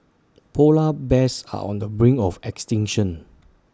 Polar Bears are on the brink of extinction